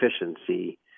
efficiency